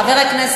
תודה, חבר הכנסת